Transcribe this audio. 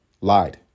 lied